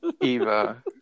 Eva